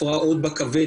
הפרעות בכבד,